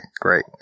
great